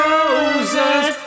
Roses